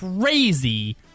crazy